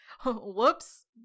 Whoops